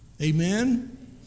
Amen